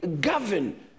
govern